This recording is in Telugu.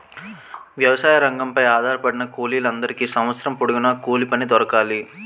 వ్యవసాయ రంగంపై ఆధారపడిన కూలీల అందరికీ సంవత్సరం పొడుగున కూలిపని దొరకాలి